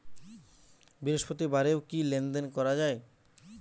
বৃহস্পতিবারেও কি লেনদেন করা যায়?